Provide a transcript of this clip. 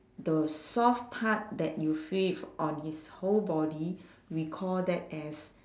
the soft part that you feel on his whole body we call that as